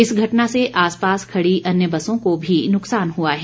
इस घटना से आस पास खड़ी अन्य बसों को भी नुकसान हुआ है